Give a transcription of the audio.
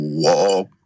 walk